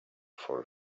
for